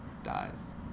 dies